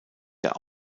der